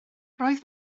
roedd